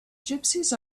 gypsies